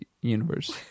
universe